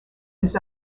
his